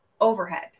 overhead